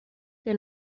que